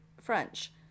French